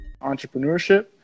Entrepreneurship